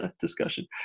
discussion